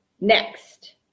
next